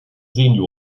sen